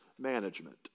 management